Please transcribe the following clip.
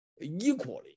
equally